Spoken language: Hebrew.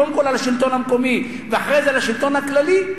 קודם כול על השלטון המקומי ואחרי זה על השלטון הכללי,